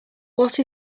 what